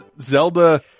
zelda